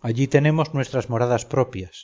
allí tenemos nuestras moradas propias